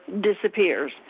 disappears